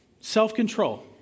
Self-control